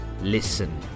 listen